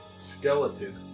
skeleton